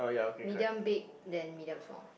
medium big then medium small